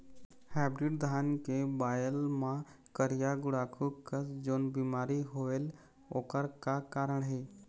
Hybrid धान के बायेल मां करिया गुड़ाखू कस जोन बीमारी होएल ओकर का कारण हे?